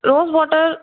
rose water